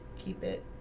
keep it